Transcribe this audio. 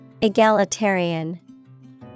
Egalitarian